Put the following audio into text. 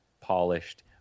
polished